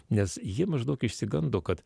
nes jie maždaug išsigando kad